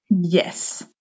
Yes